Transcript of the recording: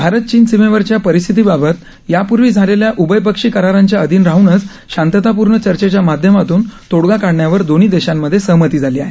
भारत चीन सीमेवरच्या परिस्थितीबाबत यापूर्वी झालेल्या उभयपक्षी करारांच्या अधीन राहनच शांततापूर्ण चर्चेच्या माध्यमातून तोडगा काढण्यावर दोन्ही देशांमधे सहमती झाली आहे